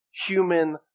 human